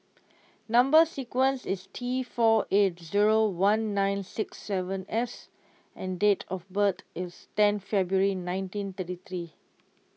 Number Sequence is T four eight zero one nine six seven S and date of birth is ten February nineteen thirty three